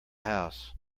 house